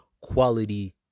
quality